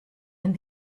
and